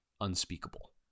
unspeakable